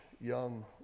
young